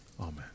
Amen